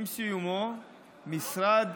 עם סיומו משרד